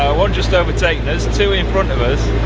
one's just overtaken us, two in front of us.